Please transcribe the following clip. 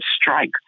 strike